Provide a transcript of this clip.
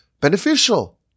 beneficial